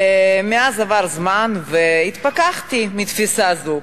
מאז עבר זמן והתפכחתי מתפיסה זו.